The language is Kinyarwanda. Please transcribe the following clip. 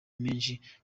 menshi